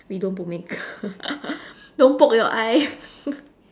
we don't put makeup don't poke your eye